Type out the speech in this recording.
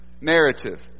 narrative